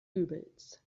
übels